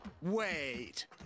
Wait